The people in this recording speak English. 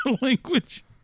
language